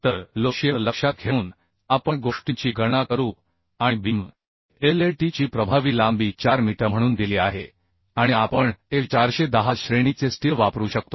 तर low shear लक्षात घेऊन आपण गोष्टींची गणना करू आणि बीम LLT ची प्रभावी लांबी 4 मीटर म्हणून दिली आहे आणि आपण Fe 410 श्रेणीचे स्टील वापरू शकतो